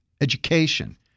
Education